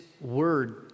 word